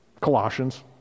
Colossians